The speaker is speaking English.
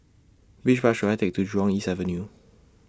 Which Bus should I Take to Jurong East Avenue